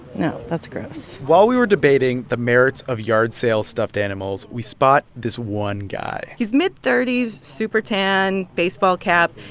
no. that's gross while we were debating the merits of yard sale stuffed animals, we spot this one guy he's mid thirty s, super tan, baseball cap.